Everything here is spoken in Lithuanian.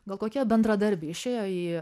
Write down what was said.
gal kokia bendradarbė išėjo į